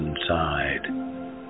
inside